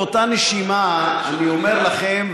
באותה נשימה אני אומר לכם,